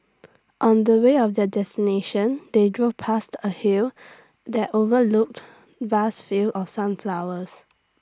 on the way of their destination they drove past A hill that overlooked vast field of sunflowers